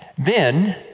then,